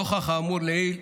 נוכח האמור לעיל,